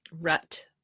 rut